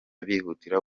bihutira